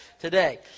today